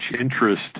interest